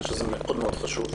אני חושב שזה מאוד מאוד חשוב.